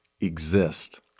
exist